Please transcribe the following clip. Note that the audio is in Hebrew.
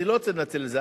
אני לא רוצה לנצל את זה.